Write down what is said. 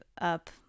up